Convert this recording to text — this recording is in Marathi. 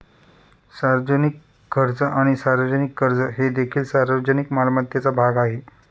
सार्वजनिक खर्च आणि सार्वजनिक कर्ज हे देखील सार्वजनिक मालमत्तेचा भाग आहेत